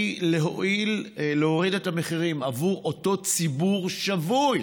להואיל להוריד את המחירים עבור אותו ציבור שבוי,